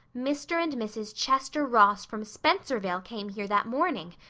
mr. and mrs. chester ross from spencervale came here that morning.